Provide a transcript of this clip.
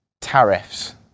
tariffs